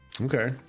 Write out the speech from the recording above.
Okay